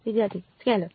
વિદ્યાર્થી સ્કેલર